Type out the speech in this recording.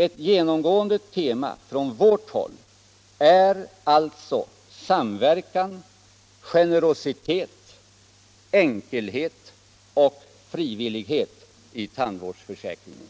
Ett genomgående tema från vårt håll är alltså samverkan, generositet, enkelhet och frivillighet i tandvårdsförsäkringen: